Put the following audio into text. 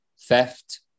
theft